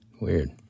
Weird